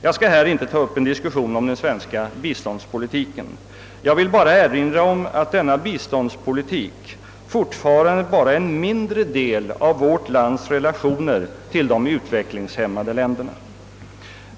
Jag skall inte här ta upp en diskussion om den svenska biståndspolitiken utan vill bara erinra om att denna biståndspolitik fortfarande bara är en mindre del av vårt lands relationer till de utvecklingshämmade länderna.